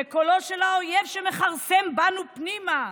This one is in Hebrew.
זה קולו של האויב שמכרסם בנו פנימה,